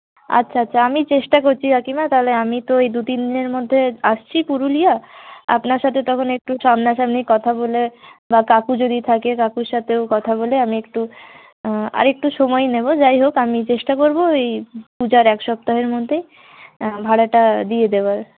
আচ্ছা আচ্ছা আমি চেষ্টা করছি কাকিমা তাহলে আমি তো এই দু তিনদিনের মধ্যে আসছি পুরুলিয়া আপনার সাথে তখন একটু সামনাসামনি কথা বলে বা কাকু যদি থাকে কাকুর সাথেও কথা বলে আমি একটু আর একটু সময় নেব যাই হোক আমি চেষ্টা করবো ওই পুজার এক সপ্তাহের মধ্যেই ভাড়াটা দিয়ে দেওয়ার